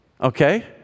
Okay